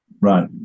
Right